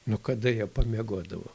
nu kada jie pamiegodavo